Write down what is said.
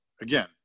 again